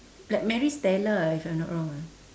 like maris stella ah if I'm not wrong ah